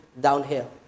downhill